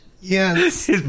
Yes